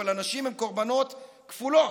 אבל הנשים הן קורבנות כפולים,